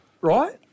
right